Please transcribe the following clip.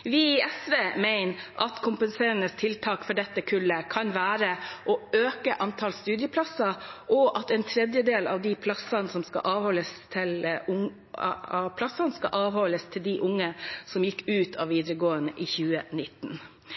Vi i SV mener at kompenserende tiltak for dette kullet kan være å øke antallet studieplasser, og at en tredjedel av de plassene skal avholdes til de unge som gikk ut av videregående i 2019.